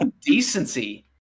decency